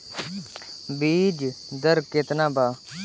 बीज दर केतना बा?